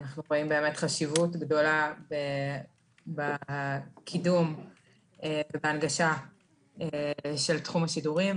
אנחנו רואים חשיבות גדולה בקידום ובהנגשה של תחום השידורים.